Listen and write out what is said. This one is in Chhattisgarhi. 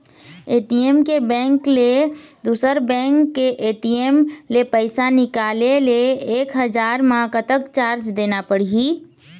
ए.टी.एम के बैंक ले दुसर बैंक के ए.टी.एम ले पैसा निकाले ले एक हजार मा कतक चार्ज देना पड़ही?